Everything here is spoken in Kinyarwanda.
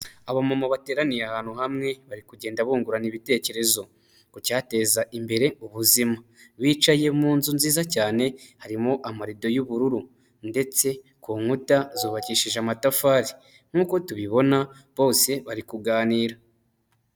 Abamama bateraniye ahantu hamwe bari kugenda bungurana ibitekerezo ku cyateza imbere ubuzima, bicaye mu nzu nziza cyane harimo amarido y'ubururu ndetse ku nkuta zubakishije amatafari, nkuko tubibona bose bari kuganira.